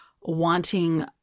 wanting